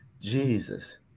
Jesus